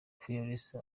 fearless